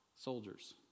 soldiers